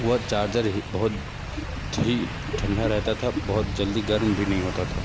वह चार्जर ही बहुत ही ठंडा रहता था बहुत जल्दी गर्म भी नहीं होता था